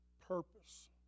Purpose